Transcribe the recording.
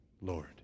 Lord